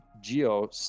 Geo